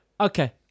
Okay